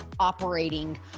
operating